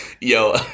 Yo